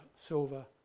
silver